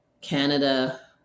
Canada